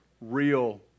real